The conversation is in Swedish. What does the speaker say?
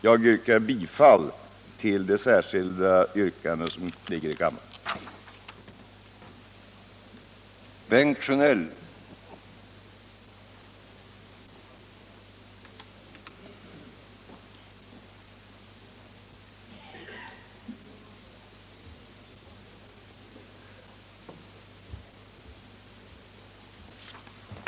Jag yrkar bifall till det utdelade, särskilda yrkandet, som lyder: att riksdagen med anledning av motionen 1978/79:21 hos regeringen begär förslag till riksdagen av innebörd att spel på enarmade banditer och liknande apparater tillåts i den omfattning som anges i motionen.